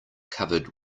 covered